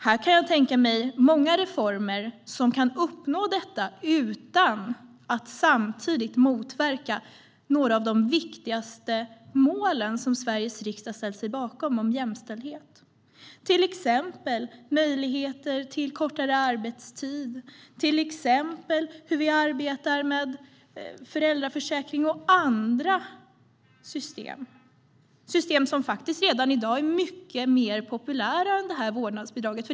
Här kan jag tänka mig många reformer som kan uppnå detta utan att samtidigt motverka några av de viktigaste målen som Sveriges riksdag ställt sig bakom om jämställdhet. Det gäller till exempel möjligheter till kortare arbetstid, hur vi arbetar med föräldraförsäkring och andra system. Det är system som redan i dag är mycket mer populära än vårdnadsbidraget.